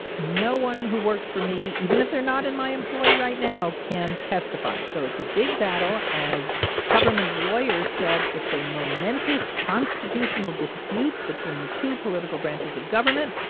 no one who worked for me, even if they're not in my employ right now, can testify so it's a big battle. as kupperman's lawyer said, it's a momentous constitutional dispute between two political branches of government.